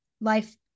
life